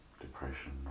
depression